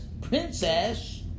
princess